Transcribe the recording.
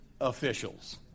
officials